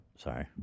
Sorry